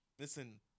Listen